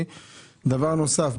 דבר נוסף.